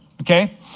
okay